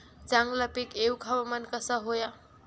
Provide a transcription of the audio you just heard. चांगला पीक येऊक हवामान कसा होया?